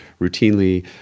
routinely